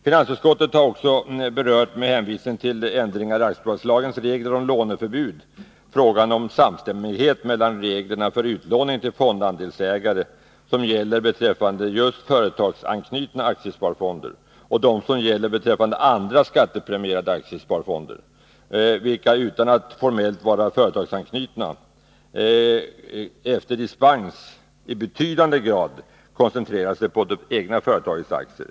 Finansutskottet berör, med hänvisning till aktuella ändringar i aktiebolagslagens regler om låneförbud, frågan om samstämmighet mellan de regler för utlåning till fondandelsägare som gäller beträffande företagsanknutna aktiesparfonder och de som gäller beträffande andra skattepremierade aktiesparfonder vilka, utan att formellt vara företagsanknutna, efter dispens i betydande grad koncentrerar sig på det egna företagets aktier.